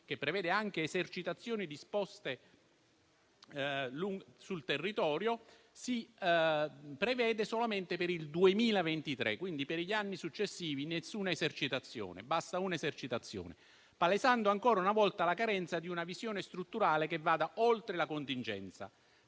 che prevede anche esercitazioni disposte sul territorio, si prevede solamente per il 2023. Quindi per gli anni successivi non è prevista alcuna esercitazione, ma ne basta una, palesandosi ancora una volta la carenza di una visione strutturale che vada oltre la contingenza.